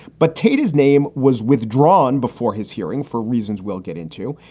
but tate, his name was withdrawn before his hearing for reasons we'll get into.